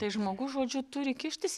tai žmogus žodžiu turi kištis